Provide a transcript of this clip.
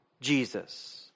Jesus